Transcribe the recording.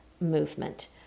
movement